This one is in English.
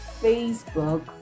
Facebook